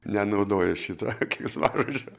nenaudoju šito keiksmažodžio